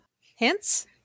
Hints